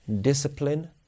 discipline